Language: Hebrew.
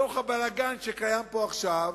בתוך הבלגן שקיים פה עכשיו,